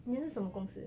你的是什么公司